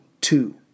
two